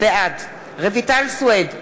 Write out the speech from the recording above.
בעד רויטל סויד,